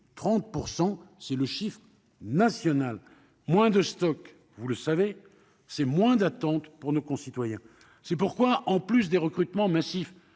30 %, c'est la moyenne nationale. Moins de stocks, c'est moins d'attente pour nos concitoyens ! C'est pourquoi, en plus des recrutements massifs